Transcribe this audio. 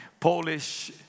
Polish